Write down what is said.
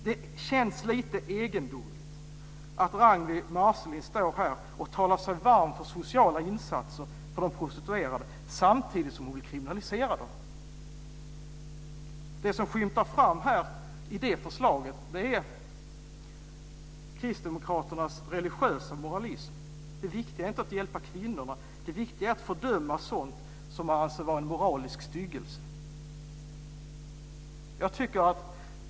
Det känns lite egendomligt att Ragnwi Marcelind står här och talar sig varm för sociala insatser för de prostituerade samtidigt som hon vill kriminalisera dem. Det som skymtar fram i det förslaget är kristdemokraternas religiösa moralism. Det viktiga är inte att hjälpa kvinnorna, det viktiga är att fördöma sådant som anses vara en moralisk styggelse.